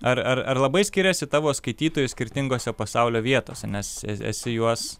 ar ar ar labai skiriasi tavo skaitytojai skirtingose pasaulio vietose nes e esi juos